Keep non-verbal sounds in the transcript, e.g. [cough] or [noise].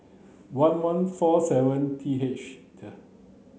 one one four seven T H [unintelligible]